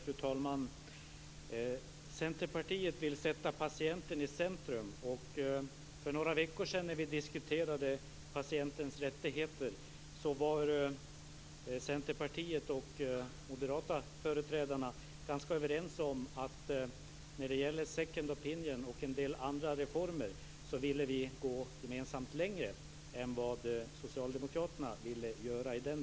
Fru talman! Centerpartiet vill sätta patienten i centrum. För några veckor sedan, när vi diskuterade patientens rättigheter, var Centerpartiet och de moderata företrädarna ganska överens om att gemensamt gå längre när det gällde second opinion och en del andra reformer än vad socialdemokraterna ville göra.